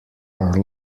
are